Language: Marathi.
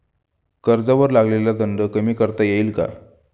कर्जावर लागलेला दंड कमी करता येईल का?